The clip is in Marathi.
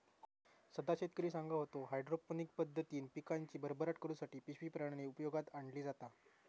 सदा शेतकरी सांगा होतो, हायड्रोपोनिक पद्धतीन पिकांची भरभराट करुसाठी पिशवी प्रणाली उपयोगात आणली जाता